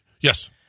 Yes